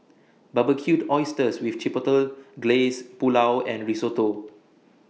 Barbecued Oysters with Chipotle Glaze Pulao and Risotto